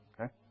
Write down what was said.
Okay